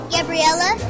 Gabriella